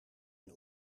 een